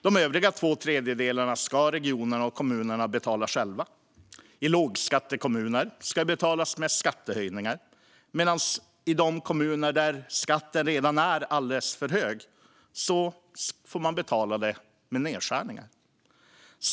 De övriga två tredjedelarna ska regionerna och kommunerna betala själva. I lågskattekommuner ska det betalas med skattehöjningar medan man i de kommuner där skatten redan är alldeles för hög får betala det med nedskärningar.